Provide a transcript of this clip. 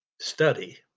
Study